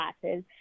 classes